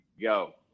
go